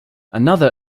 another